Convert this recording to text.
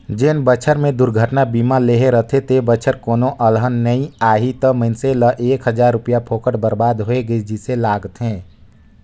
जेन बच्छर मे दुरघटना बीमा लेहे रथे ते बच्छर कोनो अलहन नइ आही त मइनसे ल एक हजार रूपिया फोकट बरबाद होय गइस जइसे लागथें